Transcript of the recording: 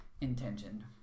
intention